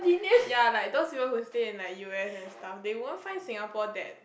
ya like those people whose stay in like U_S and stuff they won't find Singapore that